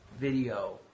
video